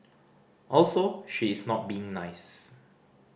also she is not being nice